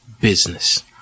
business